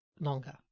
longer